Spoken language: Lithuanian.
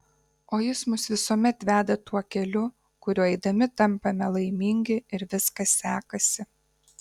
o jis mus visuomet veda tuo keliu kuriuo eidami tampame laimingi ir viskas sekasi